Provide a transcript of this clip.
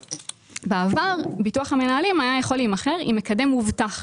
בעבר ביטוח המנהלים יכול היה להימכר עם מקדם מובטח.